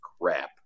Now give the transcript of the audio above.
crap